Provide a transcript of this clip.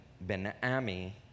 Ben-Ami